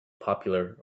popular